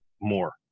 more